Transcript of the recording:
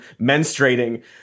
menstruating